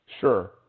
Sure